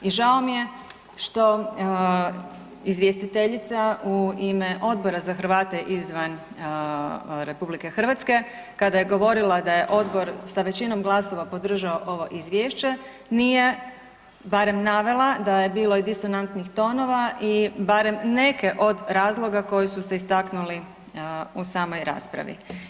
I žao mi je što izvjestiteljica u ime Odbora za Hrvate izvan RH kada je govorila da je odbor sa većinom glasova podržao ovo izvješće nije barem navela da je bilo i disonantnih tonova i barem neke od razloga koji su se istaknuli u samoj raspravi.